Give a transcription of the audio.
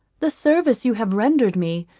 the service you have rendered me,